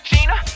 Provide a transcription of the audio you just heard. Gina